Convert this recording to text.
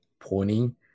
pointing